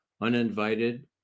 uninvited